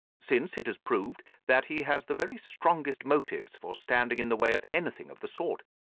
since it has proved that he has the very strongest motives for standing in the way of anything of the sort.